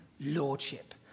lordship